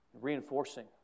reinforcing